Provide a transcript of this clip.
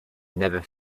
never